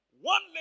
One